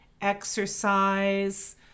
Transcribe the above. exercise